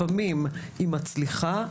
לפעמים היא מצליחה,